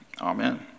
Amen